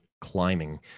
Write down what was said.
climbing